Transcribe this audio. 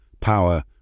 power